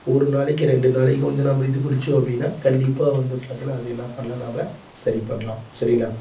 ஒரு நாளைக்கு ரெண்டு நாளைக்கு வந்து நம்ம இது குடித்தோம் அப்படின்னா கண்டிப்பாக வந்து பார்த்தின்னா அத என்னப் பண்ணலாம் நாம் சரிப்பண்ணலாம் சரிங்களா